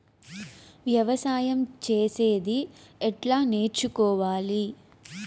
వ్యవసాయం చేసేది ఎట్లా నేర్చుకోవాలి?